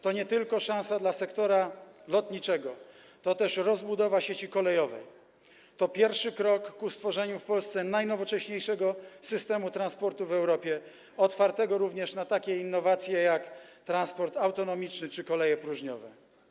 To nie tylko szansa dla sektora lotniczego, to też rozbudowa sieci kolejowej, to pierwszy krok ku stworzeniu w Polsce najnowocześniejszego systemu transportu w Europie, otwartego również na takie innowacje jak transport autonomiczny czy koleje próżniowe.